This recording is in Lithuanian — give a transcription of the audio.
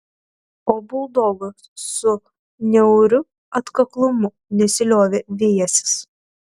o buldogas su niauriu atkaklumu nesiliovė vijęsis